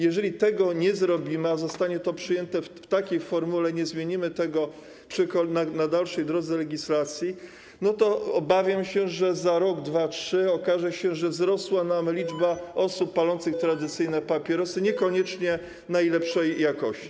Jeżeli tego nie zrobimy i zostanie to przyjęte w takiej formule, nie zmienimy tego na dalszej drodze legislacji, to obawiam się, że za rok, za 2 lata, za 3 lata okaże się, że wzrosła nam liczba osób palących tradycyjne papierosy, niekoniecznie najlepszej jakości.